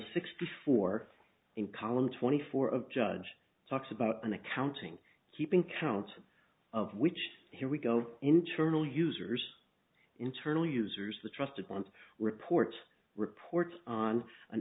sixty four in column twenty four of judge talks about an accounting keeping count of which here we go internal users internal users the trusted ones reports reports on an